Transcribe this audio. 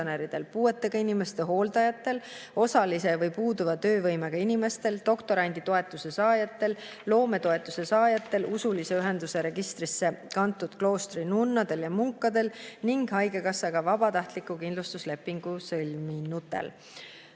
puuetega inimeste hooldajatel, osalise või puuduva töövõimega inimestel, doktoranditoetuse saajatel, loometoetuse saajatel, usulise ühenduse registrisse kantud kloostri nunnadel ja munkadel ning haigekassaga vabatahtliku kindlustuslepingu sõlminutel.